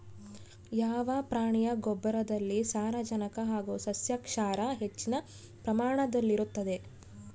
ಯಾವ ಪ್ರಾಣಿಯ ಗೊಬ್ಬರದಲ್ಲಿ ಸಾರಜನಕ ಹಾಗೂ ಸಸ್ಯಕ್ಷಾರ ಹೆಚ್ಚಿನ ಪ್ರಮಾಣದಲ್ಲಿರುತ್ತದೆ?